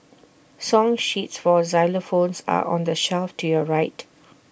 song sheets for xylophones are on the shelf to your right